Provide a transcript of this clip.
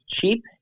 cheap